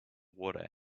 water